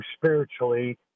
spiritually